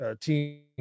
team